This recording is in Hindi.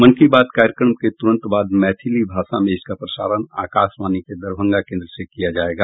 मन की बात कार्यक्रम के तुरंत बाद मैथिली भाषा में इसका प्रसारण आकाशवाणी के दरभंगा केन्द्र से किया जायेगा